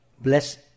bless